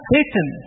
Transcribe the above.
Satan